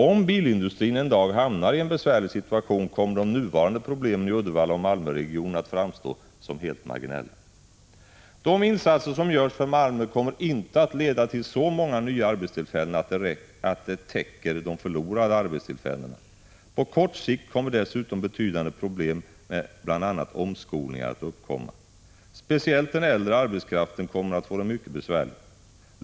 Om bilindustrin en dag hamnar i en besvärlig situation, kommer de nuvarande problemen i Uddevalla och Malmöregionen att framstå som marginella. De insatser som görs för Malmö kommer inte att leda till så många nya arbetstillfällen att det täcker de förlorade arbetstillfällena. På kort sikt kommer dessutom betydande problem, med bl.a. omskolningar, att uppkomma. Speciellt den äldre arbetskraften kommer att få det mycket besvärligt.